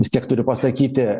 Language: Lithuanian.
vis tiek turiu pasakyti